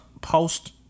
post